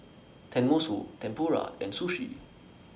Tenmusu Tempura and Sushi